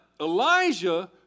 Elijah